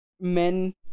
men